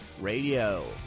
Radio